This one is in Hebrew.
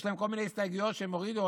יש להם כל מיני הסתייגויות שהם הורידו,